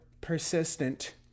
persistent